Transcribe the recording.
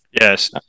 Yes